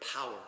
power